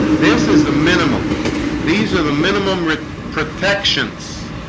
this is the minimum these are the minimum retentions